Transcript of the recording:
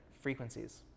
frequencies